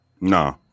Nah